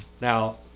Now